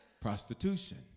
Prostitution